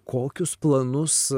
kokius planus